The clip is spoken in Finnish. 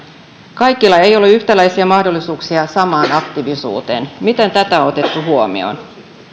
kaikilla ei ole yhtäläisiä mahdollisuuksia samaan aktiivisuuteen miten tämä on otettu huomioon